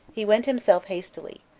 he went himself hastily,